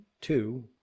two